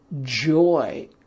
joy